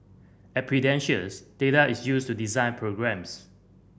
at Prudentials data is used to design programmes